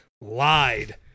lied